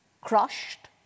Crushed